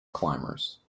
climbers